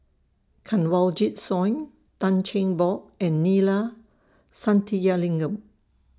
Kanwaljit Soin Tan Cheng Bock and Neila Sathyalingam